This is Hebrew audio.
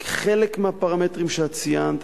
חלק מהפרמטרים שאת ציינת,